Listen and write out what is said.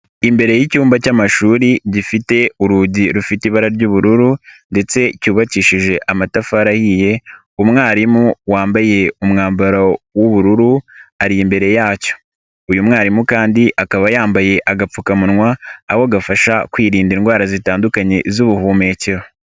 Imbere y'icyumba cy'amashuri gifite urugi rufite ibara ry'ubururu ndetse cyubakishije amatafari ahiye, umwarimu wambaye umwambaro w'ubururu, ari imbere yacyo. Uyu mwarimu kandi akaba yambaye agapfukamunwa, aho gafasha kwirinda indwara zitandukanye z'ubuhumekero.